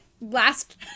last